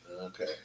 Okay